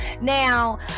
Now